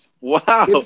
Wow